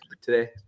today